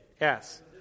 Yes